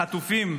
החטופים,